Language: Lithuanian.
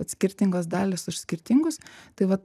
bet skirtingos dalys už skirtingus tai vat